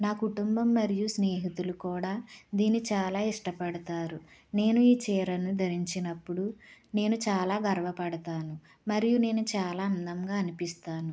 నా కుటుంబం మరియు స్నేహితులు కూడా దీనిని చాలా ఇష్టపడతారు నేను ఈ చీరను ధరించినప్పుడు నేను చాలా గర్వపడతాను మరియు నేను చాలా అందంగా అనిపిస్తాను